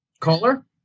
Caller